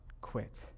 quit